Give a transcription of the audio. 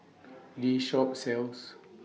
This Shop sells